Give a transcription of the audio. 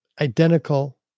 identical